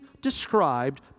described